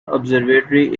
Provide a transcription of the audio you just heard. observatory